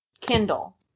Kindle